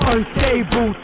Unstable